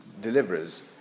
deliverers